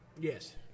Yes